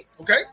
Okay